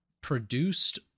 produced